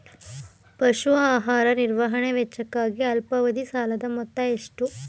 ಪಶು ಆಹಾರ ನಿರ್ವಹಣೆ ವೆಚ್ಚಕ್ಕಾಗಿ ಅಲ್ಪಾವಧಿ ಸಾಲದ ಮೊತ್ತ ಎಷ್ಟು?